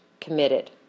committed